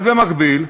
אבל במקביל,